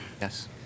Yes